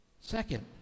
Second